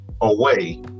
away